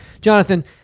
jonathan